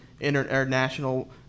international